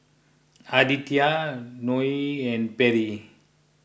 Aditya Noe and Perry